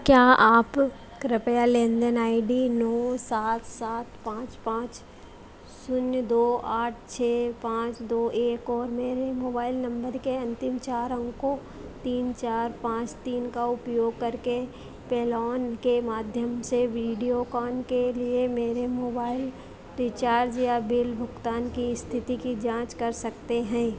क्या आप कृपया लेन देन आई डी नौ सात सात पाँच पाँच शून्य दो आठ छः पाँच दो एक और मेरे मोबाइल नंबर के अंतिम चार अंकों तीन चार पाँच तीन का उपयोग करके पेलॉन के माध्यम से वीडियोकॉन के लिए मेरे मोबाइल रिचार्ज या बिल भुगतान की स्थिति की जाँच कर सकते हैं